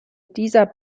dieser